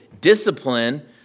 discipline